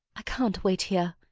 i can't wait here.